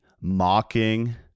mocking